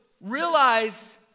realize